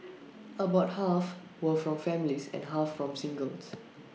about half were from families and half from singles